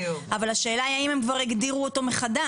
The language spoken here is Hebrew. אבל השאלה היא האם הם כבר הגדירו אותו מחדש?